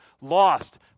lost